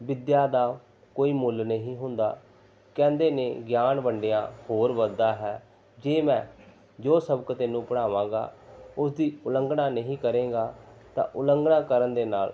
ਵਿੱਦਿਆ ਦਾ ਕੋਈ ਮੁੱਲ ਨਹੀਂ ਹੁੰਦਾ ਕਹਿੰਦੇ ਨੇ ਗਿਆਨ ਵੰਡਿਆ ਹੋਰ ਵੱਧਦਾ ਹੈ ਜੇ ਮੈਂ ਜੋ ਸਬਕ ਤੈਨੂੰ ਪੜ੍ਹਾਵਾਂਗਾ ਉਸਦੀ ਉਲੰਘਣਾ ਨਹੀਂ ਕਰੇਗਾ ਤਾਂ ਉਲੰਘਣਾ ਕਰਨ ਦੇ ਨਾਲ਼